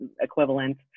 equivalent